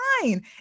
fine